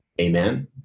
Amen